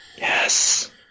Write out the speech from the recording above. yes